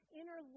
inner